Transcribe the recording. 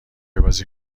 بازی